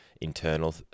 internal